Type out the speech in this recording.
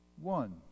One